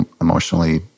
emotionally